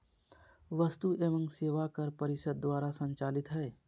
वस्तु एवं सेवा कर परिषद द्वारा संचालित हइ